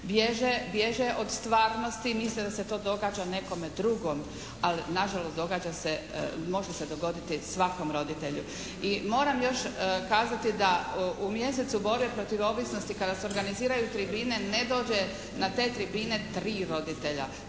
bježe od stvarnosti, misle da se to događa nekome drugom. Ali nažalost događa se, može se dogoditi svakom roditelju. I moram još kazati da u mjesecu borbe protiv ovisnosti kada se organiziraju tribine ne dođe na te tribine tri roditelja.